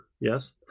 yes